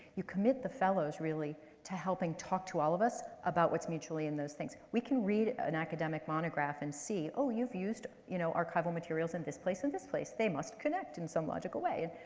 you commit the fellows really to helping talk to all of us about what's mutually in those things. we can read an academic monograph and see, oh, you've used you know archival materials in this place and this place. they must connect in some logical way.